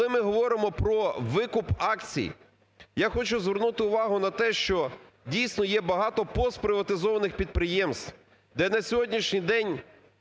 ми говоримо про викуп акцій, я хочу звернути увагу на те, що, дійсно, є багато постприватизованих підприємств, де на сьогоднішній день